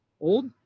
old